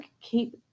Keep